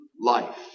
life